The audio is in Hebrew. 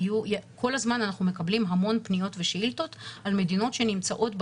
כל הזמן אנחנו מקבלים המון פניות ושאילתות על מדינות שנמצאות ברשימה,